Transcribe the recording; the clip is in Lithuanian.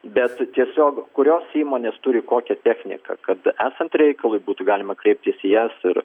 bet tiesiog kurios įmonės turi kokią techniką kad esant reikalui būtų galima kreiptis į jas ir